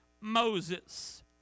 Moses